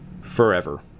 forever